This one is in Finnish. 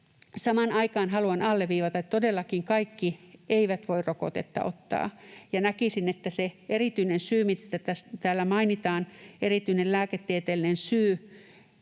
Samaan aikaan haluan alleviivata, että todellakaan, kaikki eivät voi rokotetta ottaa. Näkisin, että se erityinen syy, mistä täällä mainitaan, erityinen lääketieteellinen syy,